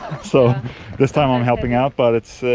so this time i'm helping out but it's.